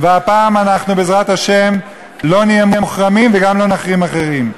והפעם אנחנו בעזרת השם לא נהיה מוחרמים וגם לא נחרים אחרים.